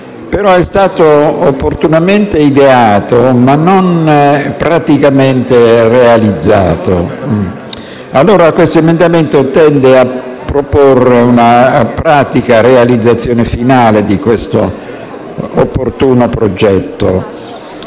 è stato opportunamente ideato, ma non praticamente realizzato. L'emendamento 1.0.1 tende allora a proporre una pratica realizzazione finale di questo opportuno progetto.